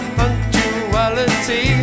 punctuality